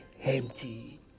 empty